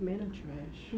men are trash